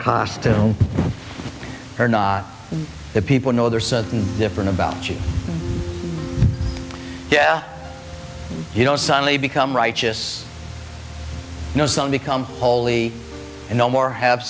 costume or not the people know there's something different about you yeah you don't suddenly become righteous no son become holy and no more have